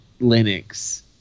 Linux